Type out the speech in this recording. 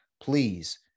please